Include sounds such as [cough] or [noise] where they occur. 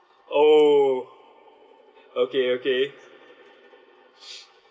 oh okay okay [noise]